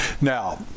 Now